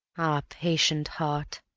ah, patient heart,